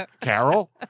Carol